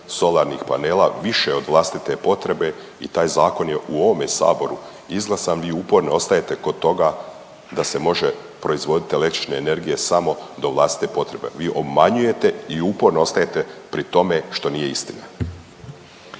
solarnih panela više od vlastite potrebe i taj zakon je u ovome saboru izglasan vi uporno ostajete kod toga da se može proizvoditi električne energije samo do vlastite potrebe. Vi obmanjujete i uporno ostajete pri tome što nije istina.